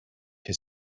his